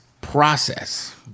process